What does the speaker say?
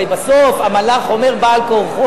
הרי בסוף המלאך אומר בעל-כורחו